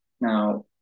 now